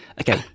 Okay